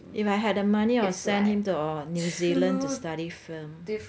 if I had the money I would send him to au~ new zealand to study film